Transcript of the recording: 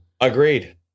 Agreed